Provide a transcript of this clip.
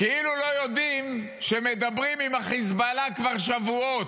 כאילו לא יודעים שמדברים עם החיזבאללה כבר שבועות,